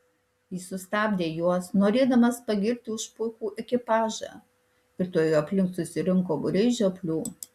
jis sustabdė juos norėdamas pagirti už puikų ekipažą ir tuojau aplink susirinko būriai žioplių